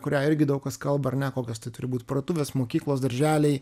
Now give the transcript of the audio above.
kurią irgi daug kas kalba ar ne kokios tai turi būt parduotuvės mokyklos darželiai